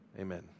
Amen